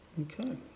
Okay